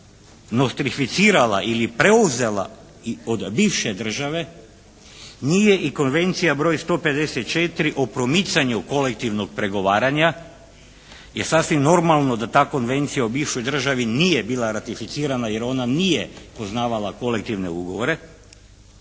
nostrificirala ili preuzela i od bivše države nije i Konvencija broj 154 o promicanju kolektivnog pregovaranja. Jer sasvim normalno da ta Konvencija u bivšoj državi nije bila ratificirana jer ona nije poznavala kolektivne ugovore,